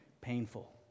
painful